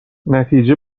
نتیجه